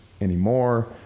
anymore